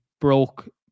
broke